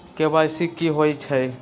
KYC कि होई छई?